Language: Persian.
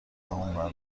زمانبر